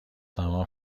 تمام